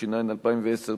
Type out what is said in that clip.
התש"ע 2010,